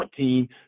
14